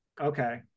Okay